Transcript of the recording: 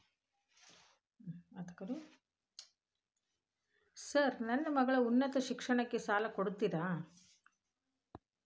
Sir ನನ್ನ ಮಗಳ ಉನ್ನತ ಶಿಕ್ಷಣಕ್ಕೆ ಸಾಲ ಕೊಡುತ್ತೇರಾ?